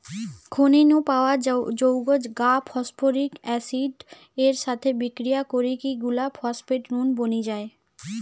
খনি নু পাওয়া যৌগ গা ফস্ফরিক অ্যাসিড এর সাথে বিক্রিয়া করিকি গুলা ফস্ফেট নুন বনি যায়